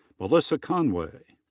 melissa conaway.